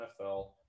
NFL